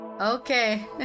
okay